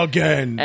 Again